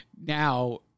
Now